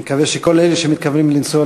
אני מקווה שכל אלה שמתכוונים לנסוע